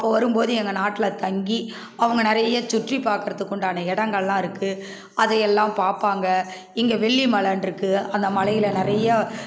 அப்போது வரும்போது எங்கள் நாட்டில் தங்கி அவங்க நிறைய சுற்றிப் பார்க்குறதுக்கு உண்டான இடங்களெலாம் இருக்குது அதை எல்லாம் பார்ப்பாங்க இங்கே வெள்ளி மலைன்டுருக்கு அந்த மலையில் நிறையா